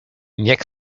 niech